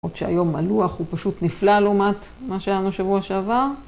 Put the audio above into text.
בעוד שהיום הלוח הוא פשוט נפלא לומד מה שהיה לנו שבוע שעבר.